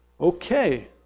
Okay